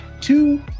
Two